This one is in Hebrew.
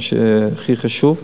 זה הכי חשוב.